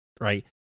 right